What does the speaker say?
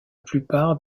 plupart